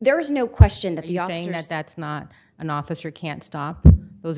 there is no question that that's that's not an officer can stop those